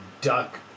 duck